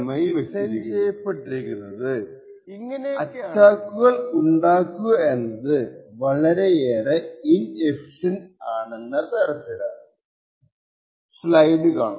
ഇങ്ങനെയൊക്കെ ആണെങ്കിലും cipher design ചെയ്യപ്പെട്ടിരിക്കുന്നത് അറ്റാക്കുകൾ ഉണ്ടാക്കുക എന്നത് വളരെയേറെ ഇൻഎഫിഷ്യന്റ് ആണെന്ന തരത്തിലാണ്